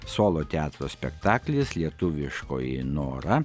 solo teatro spektaklis lietuviškoji nora